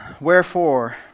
wherefore